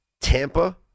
Tampa